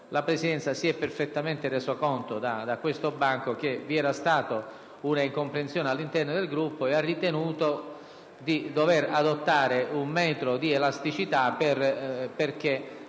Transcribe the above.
la Presidenza si è perfettamente resa conto che vi era stata un'incomprensione all'interno di tale Gruppo e ha ritenuto di dover adottare un metro di elasticità perché